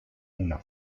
una